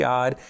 God